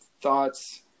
thoughts